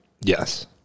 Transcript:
Yes